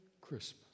Christmas